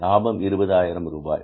லாபம் 20000 ரூபாய்